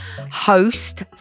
host